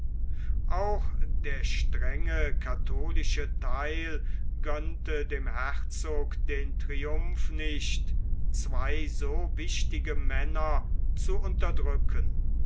auch der streng katholische theil gönnte dem herzoge den triumph nicht zwei so wichtige männer zu unterdrücken